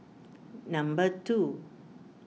number two